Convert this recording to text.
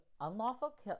unlawful